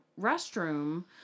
restroom